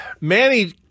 Manny